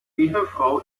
ehefrau